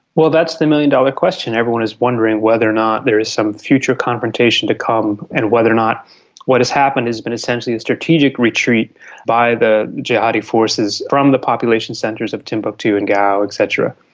well that's the million-dollar question. everyone is wondering whether or not there is some future confrontation to come and whether or not what has happened has been essentially a strategic retreat by the jihadi forces from the population centres of timbuktu and gao et cetera.